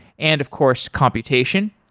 and of course computation.